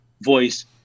voice